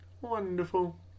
Wonderful